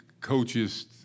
coaches